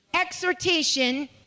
exhortation